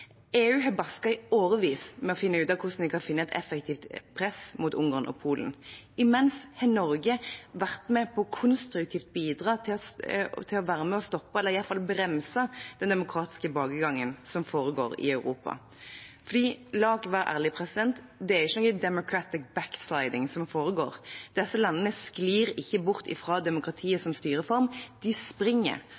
EU har arbeidet i årevis med å finne ut hvordan de skal finne et effektivt press mot Ungarn og Polen. Imens har Norge vært med på konstruktivt å bidra til å stoppe eller i hvert fall bremse den demokratiske tilbakegangen som foregår i Europa. For la oss være ærlige: Det er ikke noen «democratic backsliding» som foregår. Disse landene sklir ikke bort fra demokratiet